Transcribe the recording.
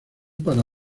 para